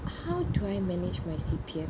how do I manage my C_P_F